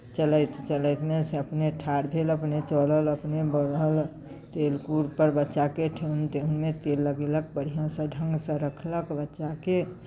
चलैत चलैतमे से अपने ठाढ़ भेल अपने चलल अपने बढ़ल तेल कूरपर बच्चाके ठेहुन तेहुनमे तेल लगेलक बढ़िआँसँ ढङ्गसँ रखलक बच्चाकेँ